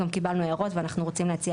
גם קיבלנו הערות ואנחנו רוצים להציע